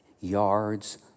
yards